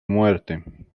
muerte